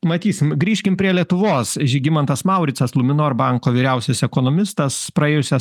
matysim grįžkim prie lietuvos žygimantas mauricas luminor banko vyriausias ekonomistas praėjusią